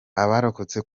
abarokotse